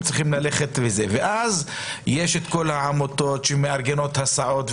ואז יש עמותות שמארגנות הסעות,